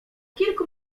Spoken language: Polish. kilku